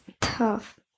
Tough